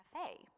cafe